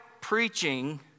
preaching